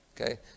Okay